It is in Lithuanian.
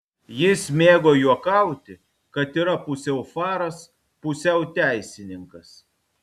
jis mėgo juokauti kad yra pusiau faras pusiau teisininkas